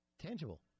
Tangible